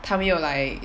他没有 like